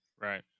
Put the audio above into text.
Right